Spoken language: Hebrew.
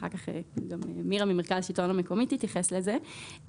אחר כך גם מירה ממרכז השלטון המקומי תתייחס לזה.